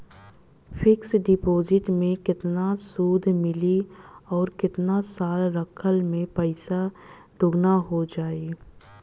Fix deposit मे केतना सूद मिली आउर केतना साल रखला मे पैसा दोगुना हो जायी?